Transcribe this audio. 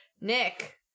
Nick